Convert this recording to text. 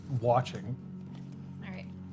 watching